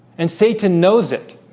and satan knows it.